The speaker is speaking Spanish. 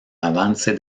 avance